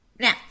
Now